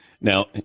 Now